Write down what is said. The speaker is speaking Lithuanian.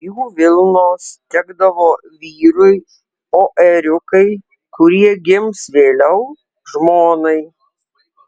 jų vilnos tekdavo vyrui o ėriukai kurie gims vėliau žmonai